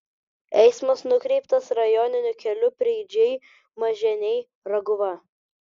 eismas nukreiptas rajoniniu keliu preidžiai maženiai raguva